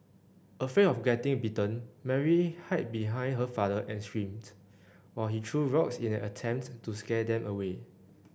afraid of getting bitten Mary hide behind her father and screamed while he threw rocks in an attempt to scare them away